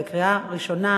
בקריאה ראשונה.